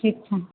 ठीक छै